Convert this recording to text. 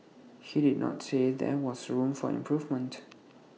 he did not say there was room for improvement